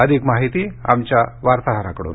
अधिक माहिती आमच्या वार्ताहराकडून